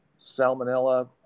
Salmonella